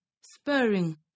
spurring